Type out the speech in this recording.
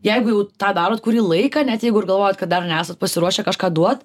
jeigu jau tą darot kurį laiką net jeigu ir galvojat kad dar nesat pasiruošę kažką duot